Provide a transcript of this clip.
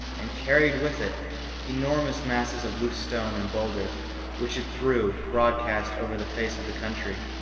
and carried with it enormous masses of loose stone and boulders which it threw broadcast over the face of the country.